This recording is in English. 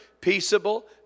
peaceable